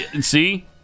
See